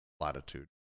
platitude